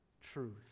truth